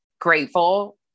grateful